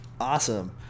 awesome